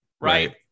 Right